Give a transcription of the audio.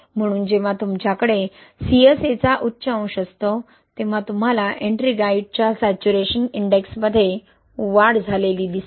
म्हणून जेव्हा तुमच्याकडे CSA चा उच्च अंश असतो तेव्हा तुम्हाला एट्रिंगाइट च्या सैचुरेशन इंडेक्समधे वाढ दिसते